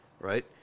right